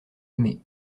aimé